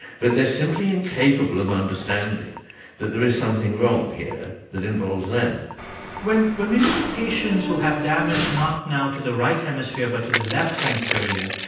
but they're simply incapable of understanding that there is something wrong here that involves them when when we look at patients who have damage not now to the right hemisphere but to the left hemisphere, iain,